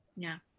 yeah.